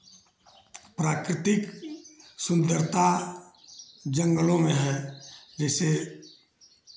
प्राकृतिक सुंदरता जंगलों में है जैसे